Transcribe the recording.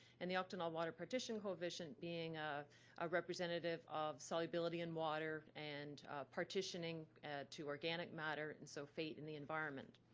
and the octanol water partition coefficient being a ah representative of solubility in water and partitioning to organic matter and so fate in the environment.